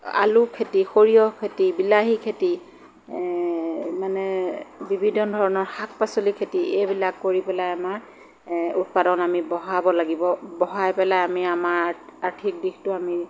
আলু খেতি সৰিয়হ খেতি বিলাহী খেতি মানে বিভিন্ন ধৰণৰ শাক পাচলিৰ খেতি এইবিলাক কৰি পেলাই আমাৰ উৎপাদন আমি বঢ়াব লাগিব বঢ়াই পেলাই আমি আমাৰ আৰ্থিক দিশটো আমি